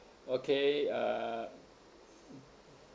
okay uh